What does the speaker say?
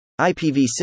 IPv6